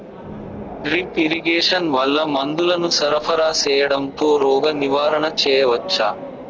Drip irrigation వల్ల మందులను సరఫరా సేయడం తో రోగ నివారణ చేయవచ్చా?